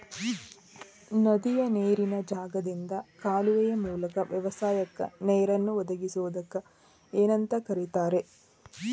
ನದಿಯ ನೇರಿನ ಜಾಗದಿಂದ ಕಾಲುವೆಯ ಮೂಲಕ ವ್ಯವಸಾಯಕ್ಕ ನೇರನ್ನು ಒದಗಿಸುವುದಕ್ಕ ಏನಂತ ಕರಿತಾರೇ?